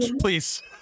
please